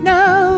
Now